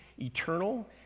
eternal